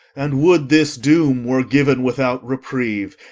and would this doom were given without reprieve,